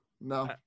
No